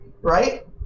right